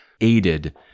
aided